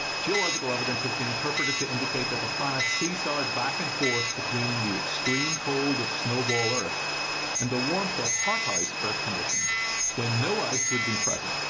geological evidence has been interpreted to indicate that the planet see-sawed back and forth between the extreme cold of snowball earth and the warmth of hot-house earth conditions when no ice would have been present.